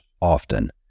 often